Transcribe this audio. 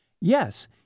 Yes